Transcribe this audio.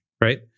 right